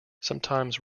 sometimes